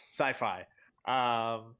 sci-fi